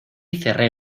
cerré